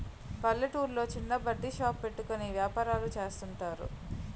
పల్లెటూర్లో చిన్న బడ్డీ షాప్ పెట్టుకుని వ్యాపారాలు చేస్తుంటారు